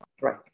right